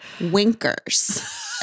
winkers